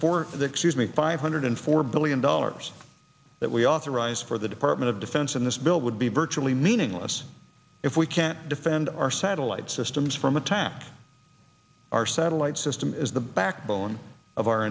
the excuse me five hundred four billion dollars that we authorized for the department of defense in this bill would be virtually meaningless if we can't defend our satellite systems from attack our satellite system is the backbone of our